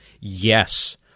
yes